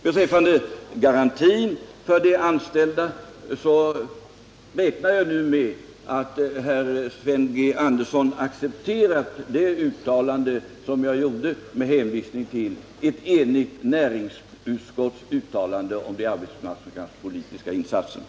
Beträffande garantin för de anställda räknar jag nu med att Sven G. Andersson har accepterat det uttalande som jag gjorde med hänvisning till ett enigt näringsutskotts uttalande om de arbetsmarknadspolitiska insatserna.